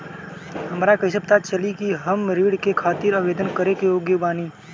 हमरा कइसे पता चली कि हम ऋण के खातिर आवेदन करे के योग्य बानी?